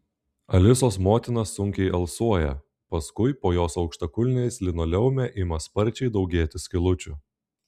alisos motina sunkiai alsuoja paskui po jos aukštakulniais linoleume ima sparčiai daugėti skylučių